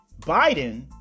Biden